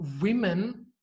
women